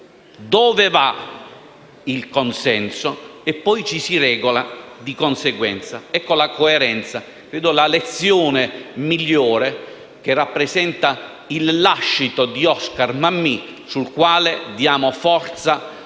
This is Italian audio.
dove va il consenso e poi ci si regola di conseguenza. Ecco la coerenza, credo la lezione migliore, che rappresenta il lascito di Oscar Mammì, con cui diamo forza